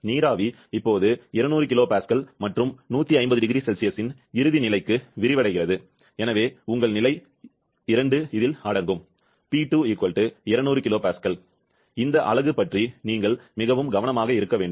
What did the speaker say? நீராவி இப்போது 200 kPa மற்றும் 150 0C இன் இறுதி நிலைக்கு விரிவடைகிறது எனவே உங்கள் நிலை 2 இதில் அடங்கும் P2 200 kPa இந்த அலகு பற்றி நீங்கள் மிகவும் கவனமாக இருக்க வேண்டும்